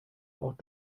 auch